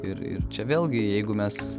ir ir čia vėlgi jeigu mes